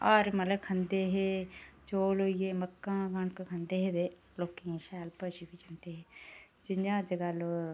हर मतलब खंदे हे चौल होई गे मक्कां कनक खंदे हे ते लोकें गी शैल पची बी जंदे हे जि'यां अजकल